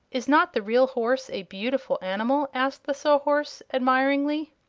is not the real horse a beautiful animal? asked the sawhorse admiringly.